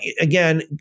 again